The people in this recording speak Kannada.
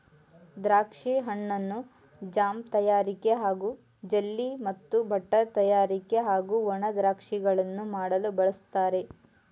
ದ್ರಾಕ್ಷಿ ಹಣ್ಣನ್ನು ಜಾಮ್ ತಯಾರಿಕೆ ಹಾಗೂ ಜೆಲ್ಲಿ ಮತ್ತು ಬಟರ್ ತಯಾರಿಕೆ ಹಾಗೂ ಒಣ ದ್ರಾಕ್ಷಿಗಳನ್ನು ಮಾಡಲು ಬಳಸ್ತಾರೆ